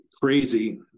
crazy